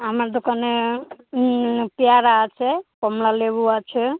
আমার দোকানে পেয়ারা আছে কমলালেবু আছে